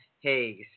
Hayes